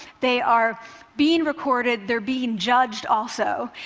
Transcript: they are being recorded. they're being judged also,